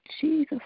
Jesus